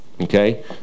okay